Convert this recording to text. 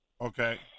Okay